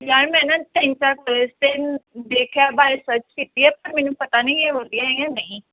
ਯਾਰ ਮੈਂ ਨਾ ਤਿੰਨ ਚਾਰ ਤਿੰਨ ਦੇਖਿਆ ਬਾਰੇ ਸਰਚ ਕੀਤੀ ਹੈ ਪਰ ਮੈਨੂੰ ਪਤਾ ਨਹੀਂ ਇਹ ਵਧੀਆ ਜਾਂ ਨਹੀਂ